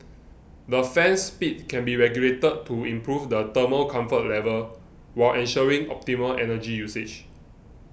the fan speed can be regulated to improve the thermal comfort level while ensuring optimal energy usage